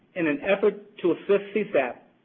in an effort to assist, csap